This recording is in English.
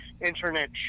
internet